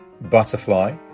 butterfly